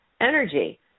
energy